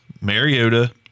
Mariota